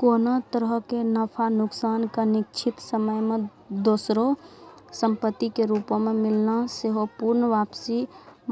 कोनो तरहो के नफा नुकसान के निश्चित समय मे दोसरो संपत्ति के रूपो मे मिलना सेहो पूर्ण वापसी